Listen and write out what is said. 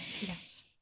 Yes